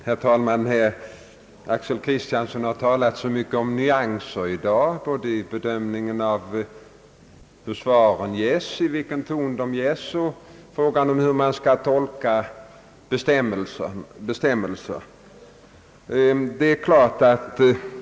Herr talman! Herr Axel Kristiansson har talat så mycket om nyanser i dag, både i fråga om bedömningen av i vilken ton svar ges och i fråga om hur man skall tolka bestämmelser.